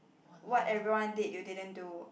what everyone did you didn't do